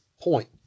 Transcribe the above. point